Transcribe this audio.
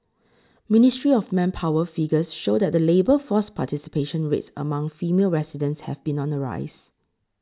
ministry of Manpower figures show that the labour force participation rates among female residents have been on the rise